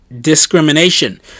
discrimination